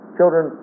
children